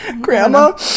Grandma